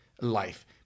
life